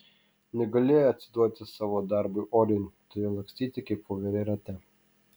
negali atsiduoti savo darbui oriai turi lakstyti kaip voverė rate